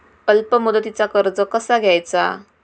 अल्प मुदतीचा कर्ज कसा घ्यायचा?